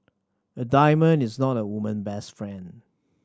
a diamond is not a woman best friend